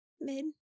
mid